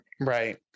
Right